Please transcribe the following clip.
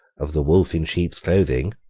of the wolf in sheep's clothing.